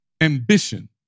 ambition